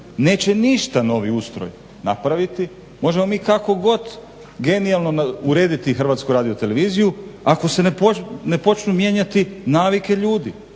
neće ništa novi ustroj napraviti, možemo mi kako god genijalno urediti HRT-a ako se ne počnu mijenjati navike ljudi,